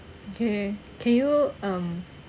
okay can you um